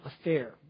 affair